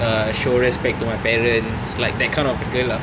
uh show respect to my parents like that kind of girl ah